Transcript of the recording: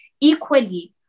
equally